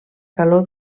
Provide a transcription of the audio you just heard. calor